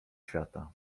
świata